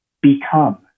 Become